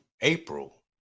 April